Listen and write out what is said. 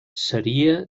seria